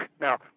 Now